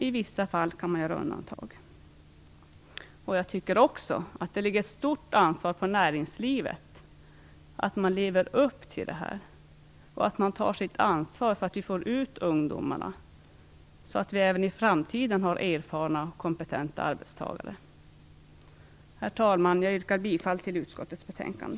I vissa fall kan dock undantag göras. Jag tycker också att ett stort ansvar ligger på näringslivet. Man måste leva upp till vad som här behövs och ta sitt ansvar. Det gäller ju att få ut ungdomarna, så att vi även i framtiden har erfarna och kompetenta arbetstagare. Herr talman! Jag yrkar bifall till hemställan i utskottets betänkande.